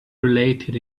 related